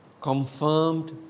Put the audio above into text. confirmed